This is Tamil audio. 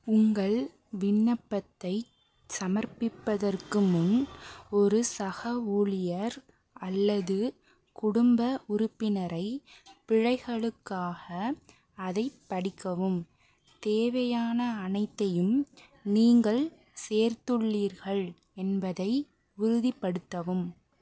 உங்கள் விண்ணப்பத்தைச் சமர்ப்பிப்பதற்கு முன் ஒரு சக ஊழியர் அல்லது குடும்ப உறுப்பினரை பிழைகளுக்காக அதைப் படிக்கவும் தேவையான அனைத்தையும் நீங்கள் சேர்த்துள்ளீர்கள் என்பதை உறுதிப்படுத்தவும்